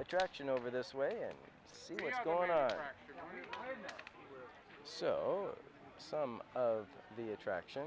attraction over this way and see what's going on so some of the attraction